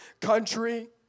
country